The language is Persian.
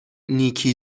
نیکی